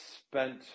spent